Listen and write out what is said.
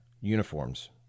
Uniforms